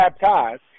baptized